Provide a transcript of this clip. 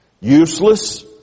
useless